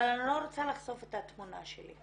אבל אני לא רוצה לחשוף את התמונה שלי?